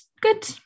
Good